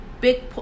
big